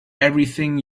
everything